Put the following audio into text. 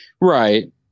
right